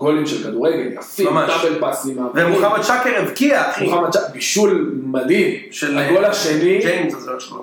גולים של כדורגל יפי, דאבל פאסים, מוחמד שקר הבקיע אחי, בישול מדהים, הגול השני